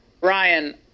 Ryan